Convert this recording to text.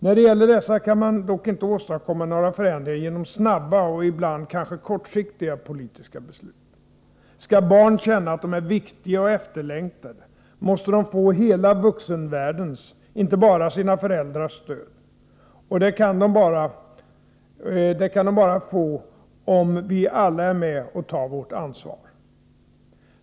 När det gäller dessa kan man dock inte åstadkomma några förändringar genom snabba och ibland kanske kortsiktiga politiska beslut. Skall barn känna att de är viktiga och efterlängtade måste de få hela vuxenvärldens, inte bara sina föräldrars, stöd. Och det kan de bara få om vi alla är med och tar vårt ansvar.